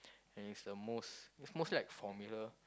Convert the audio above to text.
and it's the most it's mostly like formula